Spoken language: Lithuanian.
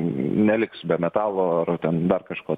neliks be metalo ar ten dar kažko